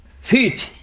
feet